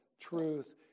truth